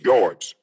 Yards